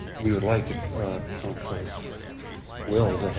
we would like, if council's will,